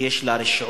שיש לה רשעות,